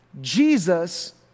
Jesus